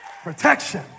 protection